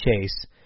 chase